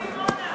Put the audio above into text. מיקי,